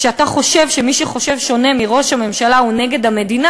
כשאתה חושב שמי שחושב שונה מראש הממשלה הוא נגד המדינה,